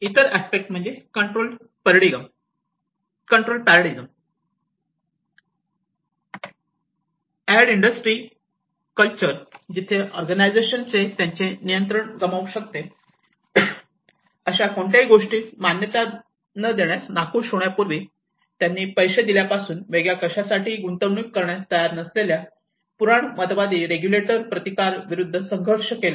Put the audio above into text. इतर अस्पेक्ट म्हणजे control paradigm Control paradigm and industry culture जिथे ऑर्गनायझेशन त्यांचे नियंत्रण गमावू शकते अशा कोणत्याही गोष्टीस मान्यता न देण्यास नाखूष होण्यापूर्वी त्यांनी पैसे दिल्यापासून वेगळ्या कशासाठीही गुंतवणूक करण्यास तयार नसलेल्या पुराणमतवादी रेग्युलेटरच्या प्रतिकार विरूद्ध संघर्ष केला